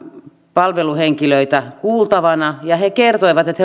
palveluhenkilöitä kuultavana ja he kertoivat että